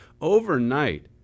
Overnight